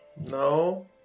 No